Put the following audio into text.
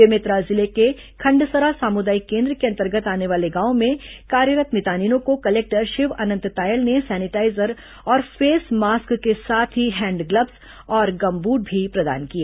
बेमेतरा जिले के खंडसरा सामुदायिक केन्द्र के अंतर्गत आने वाले गांवों में कार्यरत् मितानिनों को कलेक्टर शिव अनंत तायल ने सैनिटाईजर और फेस मास्क के साथ ही हैंड ग्लब्स और गम बुट भी प्रदान किए